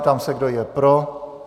Ptám se, kdo je pro.